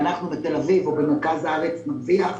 אנחנו בתל אביב או במרכז הארץ נרוויח,